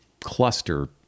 cluster